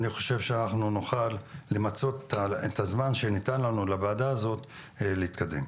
אני חושב שאנחנו נוכל למצות את הזמן שניתן לנו לוועדה זו להתקדם.